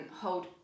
hold